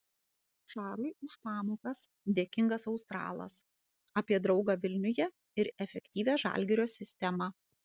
šarui už pamokas dėkingas australas apie draugą vilniuje ir efektyvią žalgirio sistemą